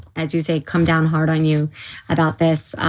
as you say, come down hard on you about this.